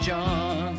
John